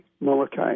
Molokai